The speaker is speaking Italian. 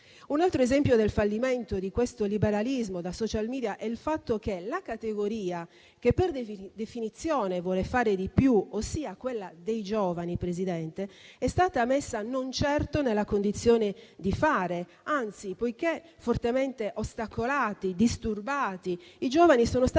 Un altro esempio del fallimento di questo liberalismo da *social media* è il fatto che la categoria che per definizione vuole fare di più, ossia quella dei giovani, Presidente, è stata messa non certo nella condizione di fare; anzi, poiché fortemente ostacolati e disturbati, i giovani sono stati